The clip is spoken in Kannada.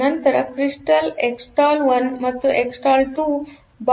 ನಂತರ ಕ್ರಿಸ್ಟಲ್ ಎಕ್ಸ್ಸ್ಟಲ್1 ಮತ್ತುಎಕ್ಸ್ಸ್ಟಲ್ 2 ಬಾಹ್ಯ ಕ್ಲಾಕ್ ಅನ್ನು ಒದಗಿಸುತ್ತಿವೆ